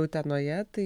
utenoje tai